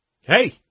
hey